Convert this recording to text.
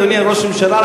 אדוני ראש הממשלה,